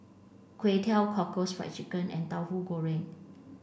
kway teow cockles fried chicken and tahu goreng